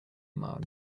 mug